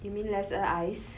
you mean lesser ice